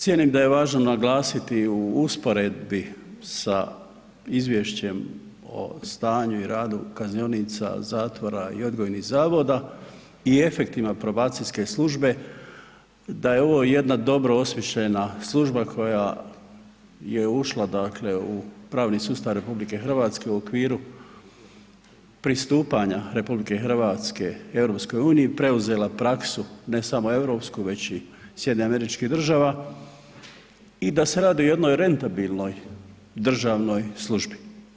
Cijenim da je važno naglasiti u usporedbi sa Izvješćem o stanju i radu kaznionica, zatvora i odgojnih zavoda i efektivno probacijske službe da je ovo jedna dobro osmišljena služba koja je ušla dakle u pravni sustav RH u okviru pristupanja RH EU, preuzela praksu ne samo europsku već i SAD-a i da se radi o jednoj rentabilnoj državnoj službi.